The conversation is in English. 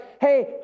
hey